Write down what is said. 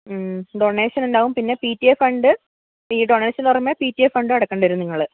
donation ഉണ്ടാവും പിന്നെ P T A fund ഈ ഡൊണേഷന് പുറമെ പി ടി എ ഫണ്ടും അടയ്ക്കേണ്ടി വരും നിങ്ങൾ